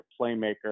playmaker